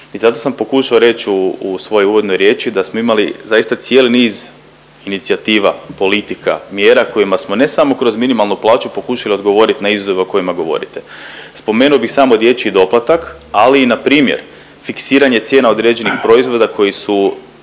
I zato sam pokušao reć u svojoj uvodnoj riječi da smo imali zaista cijeli niz inicijativa, politika, mjera kojima smo ne samo kroz minimalnu plaću pokušali govoriti na izazove o kojima govorite. Spomenuo bih samo dječji doplatak, ali i npr. fiksiranje cijena određenih proizvoda koji su